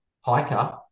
hiker